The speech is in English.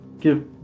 give